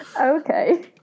Okay